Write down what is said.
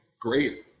great